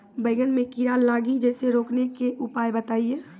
बैंगन मे कीड़ा लागि जैसे रोकने के उपाय बताइए?